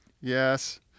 Yes